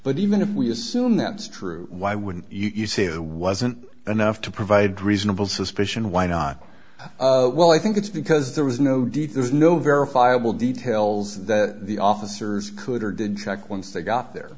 but even if we assume that's true why wouldn't you say there wasn't enough to provide reasonable suspicion why not well i think it's because there was no details no verifiable details that the officers could or didn't check once they got there